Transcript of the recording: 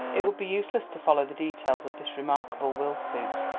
it would be useless to follow the details of this remarkable will suit,